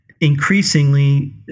increasingly